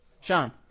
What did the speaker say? Sean